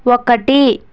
ఒకటి